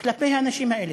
כלפי האנשים האלה.